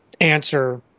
answer